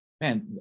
man